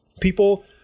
People